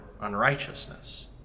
unrighteousness